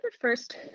first